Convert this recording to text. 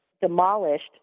demolished